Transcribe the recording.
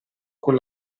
con